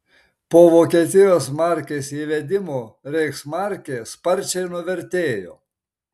po vokietijos markės įvedimo reichsmarkė sparčiai nuvertėjo